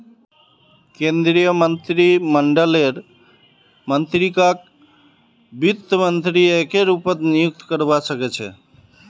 केन्द्रीय मन्त्रीमंडललेर मन्त्रीकक वित्त मन्त्री एके रूपत नियुक्त करवा सके छै